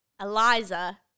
Eliza